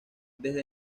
desde